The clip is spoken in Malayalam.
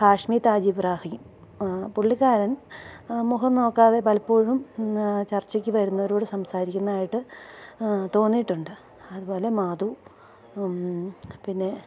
ഹാഷ്മി താജ് ഇബ്രാഹിം പുള്ളിക്കാരൻ മുഖം നോക്കാതെ പലപ്പോഴും ചർച്ചയ്ക്ക് വരുന്നവരോട് സംസാരിക്കുന്നതായിട്ട് തോന്നിയിട്ടുണ്ട് അതുപോലെ മാതു പിന്നെ